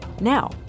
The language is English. Now